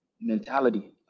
mentality